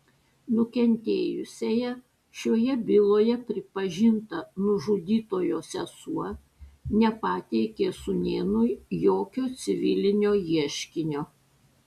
nukentėjusiąja šioje byloje pripažinta nužudytojo sesuo nepateikė sūnėnui jokio civilinio ieškinio